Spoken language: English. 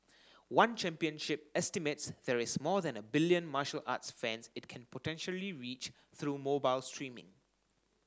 one Championship estimates there is more than a billion martial arts fans it can potentially reach through mobile streaming